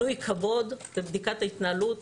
חושבת שמצדיקים מינוי קבו"ד לבדיקת ההתנהלות,